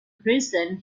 prison